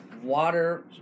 Water